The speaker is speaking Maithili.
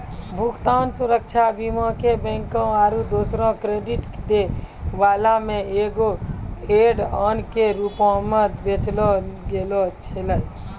भुगतान सुरक्षा बीमा के बैंको आरु दोसरो क्रेडिट दै बाला मे एगो ऐड ऑन के रूपो मे बेचलो गैलो छलै